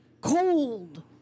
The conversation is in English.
cold